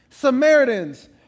Samaritans